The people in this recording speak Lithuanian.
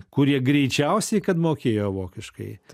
kurie greičiausiai kad mokėjo vokiškai